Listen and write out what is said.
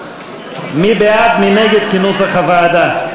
מי בעד, מי נגד, כנוסח הוועדה?